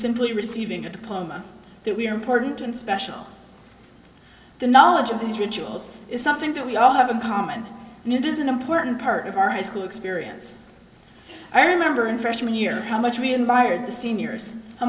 simply receiving a diploma that we are important and special the knowledge of these rituals is something that we all have in common and it is an important part of our high school experience i remember in freshman year how much we invited the seniors how